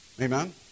Amen